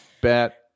bet